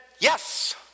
Yes